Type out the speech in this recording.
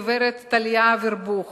הגברת טליה אברבוך,